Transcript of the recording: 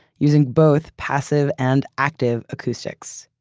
using both passive and active acoustics,